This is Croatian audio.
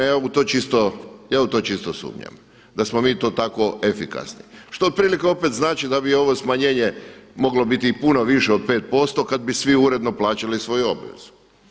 Ja u to čisto sumnjam da smo mi to tako efikasni što otprilike opet znači da bi ovo smanjenje moglo biti i puno više od 5% kad bi svi uredno plaćali svoju obvezu.